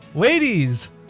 Ladies